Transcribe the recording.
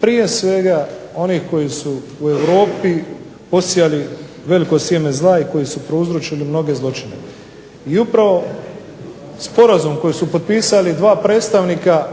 prije svega onih koji su u Europi posijali veliko sjeme zla i koji su prouzročili mnoge zločine. I upravo sporazum koji su potpisali dva predstavnika